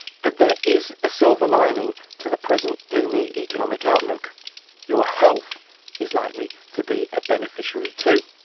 but there is a silver lining to the present gloomy economic outlook your health is likely to be a beneficiary too.